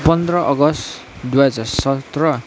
पन्ध्र अगस्त दुई हजार सत्र